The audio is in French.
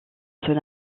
son